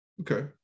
Okay